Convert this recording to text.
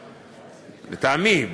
לטעמי,